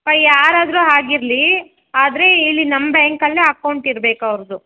ಅಪ್ಪಾ ಯಾರಾದರೂ ಆಗಿರ್ಲಿ ಆದರೆ ಇಲ್ಲಿ ನಮ್ಮ ಬ್ಯಾಂಕಲ್ಲೇ ಅಕೌಂಟ್ ಇರ್ಬೇಕು ಅವ್ರದು